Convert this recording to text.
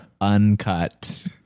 uncut